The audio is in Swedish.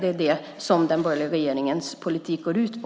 Det är det som den borgerliga regeringens politik går ut på.